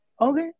Okay